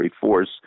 force